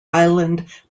island